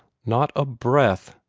not a breath!